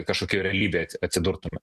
kažkokioj realybėj atsi atsidurtume